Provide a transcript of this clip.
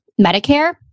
Medicare